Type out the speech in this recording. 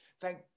thank